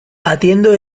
atiendo